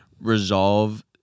resolve